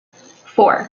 four